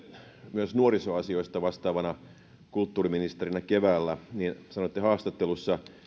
myös nuorisoasioista vastaavana kulttuuriministerinä keväällä niin sanoitte haastattelussa